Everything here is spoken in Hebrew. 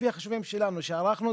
לפי החישובים שלנו שערכנו,